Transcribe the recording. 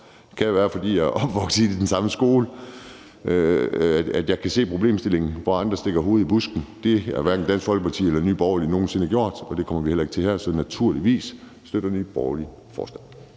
Det kan være, fordi jeg er opvokset i den samme skole, at jeg kan se problemstillingen, hvor andre stikker hovedet i busken. Det har hverken Dansk Folkeparti eller Nye Borgerlige nogen sinde gjort, og det kommer vi heller ikke til her, så naturligvis støtter Nye Borgerlige forslaget.